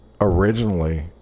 originally